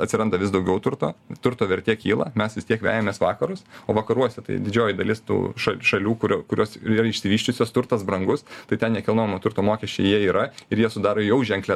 atsiranda vis daugiau turto turto vertė kyla mes vis tiek vejamės vakarus o vakaruose tai didžioji dalis tų ša šalių kurio kurios yra išsivysčiusios turtas brangus tai ten nekilnojamo turto mokesčiai jie yra ir jie sudaro jau ženklią